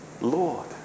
Lord